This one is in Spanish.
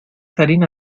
harina